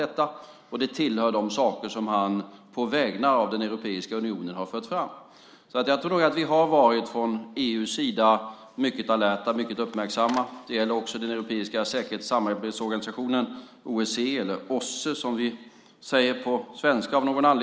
Det hör till de saker som han på Europeiska unionens vägnar har fört fram. Så jag tror nog att vi från EU:s sida har varit mycket alerta, mycket uppmärksamma. Det gäller också den europeiska säkerhets och samarbetsorganisationen OSSE.